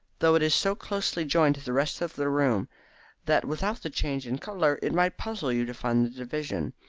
though it is so closely joined to the rest of the room that without the change in colour it might puzzle you to find the division.